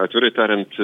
atvirai tariant